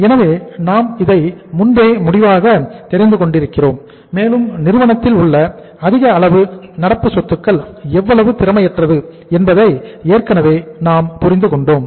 எனவே நாம் இதை முன்பே முடிவாக தெரிந்து கொண்டிருக்கிறோம் மேலும் நிறுவனத்தில் உள்ள அதிக அளவு நடப்பு சொத்துக்கள் எவ்வளவு திறமையற்றது என்பதை ஏற்கனவே நாம் புரிந்து கொண்டோம்